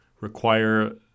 require